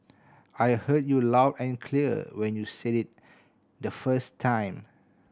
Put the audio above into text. I heard you loud and clear when you said it the first time